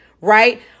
right